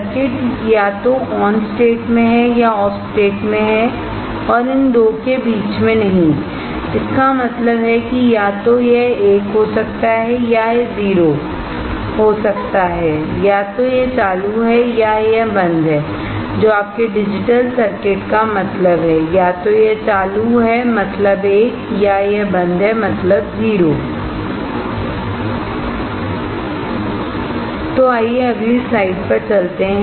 circuit या तो on state मे है या ऑफ स्टेट मे है और इन दो के बीच में नहीं इसका मतलब है कि या तो यह 1 हो सकता है या यह 0 हो सकता है या तो यह चालू है या यह बंद है जो आपके डिजिटल सर्किट का मतलब है या तो यह चालू है मतलब 1 या यह बंद है मतलब 0 है तो आइए अगली स्लाइड पर चलते हैं